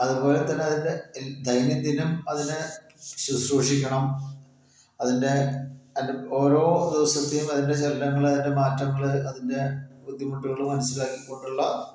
അതുപോലെത്തന്നെ അതിൻ്റെ ദൈന്യംദിനം അതിനെ ശുശ്രൂഷിക്കണം അതിൻ്റെ അതിൻ്റെ ഓരോ ദിവസത്തേയും അതിൻ്റെ ചലനങ്ങൾ അതിൻ്റെ മാറ്റങ്ങൾ അതിൻ്റെ ബുദ്ധിമുട്ടുകൾ മനസ്സിലാക്കിക്കൊണ്ടുള്ള